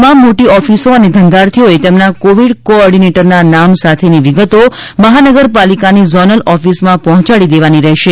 તમામ મોટી ઓફિસો અને ધંધાર્થીઓ એ તેમના કોવિડ કોઓર્ડીનેટરના નામ સાથેની વિગતો મહાનગર પાલિકાની ઝોનલ ઓફિસમાં પહોંચાડી દેવાની રહેશે